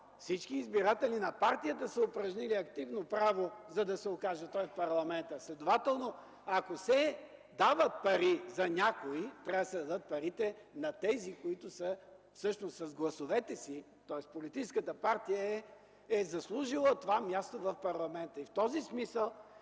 всички избиратели на партията са упражнили активно право, за да се окаже той в парламента. Следователно, ако се дават пари за някой, трябва да се дадат парите на тези, които всъщност с гласовете си, тоест политическата партия е заслужила това място в парламента. В този смисъл